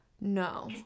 no